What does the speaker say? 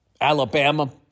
Alabama